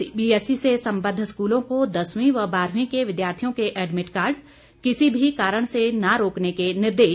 CBSE से सम्बद्ध स्कूलों को दसवीं व बारहवीं के विद्यार्थियों के एडमिट कार्ड किसी भी कारण से न रोकने के निर्देश